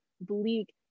bleak